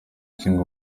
nshinga